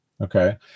Okay